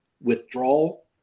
withdrawal